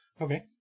Okay